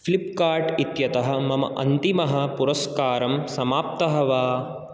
Flipkart इत्यतः मम अन्तिमः पुरस्कारः समाप्तः वा